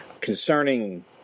concerning